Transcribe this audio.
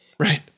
Right